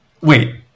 wait